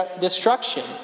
destruction